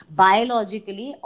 biologically